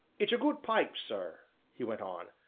it's a good pipe, sir, he went on,